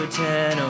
ten